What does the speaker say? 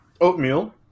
oatmeal